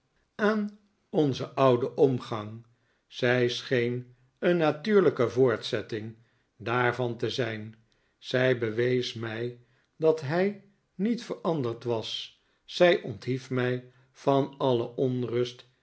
aan onzen ouden omgang zij scheen een natuurlijke voortzetting daarvan te zijn zij bewees mij dat hij niet veranderd was zij onthief mij van alle